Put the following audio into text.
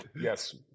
Yes